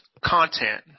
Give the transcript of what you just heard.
content